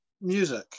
music